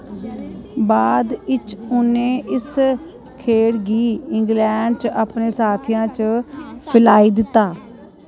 बाद इच्च उ'नें इस खेढ गी इंग्लैंड च अपने साथियां च फैलाई दित्ता